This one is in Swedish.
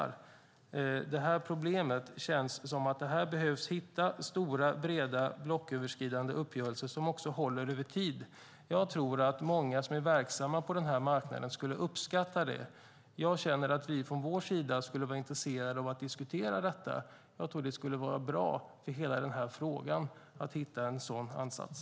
För att lösa det här problemet känns det som om man behöver hitta stora breda blocköverskridande uppgörelser som också håller över tid. Jag tror att många som är verksamma på den här marknaden skulle uppskatta det. Jag känner att vi från vår sida skulle vara intresserade av att diskutera detta. Jag tror att det skulle vara bra för hela den här frågan att hitta en sådan ansats.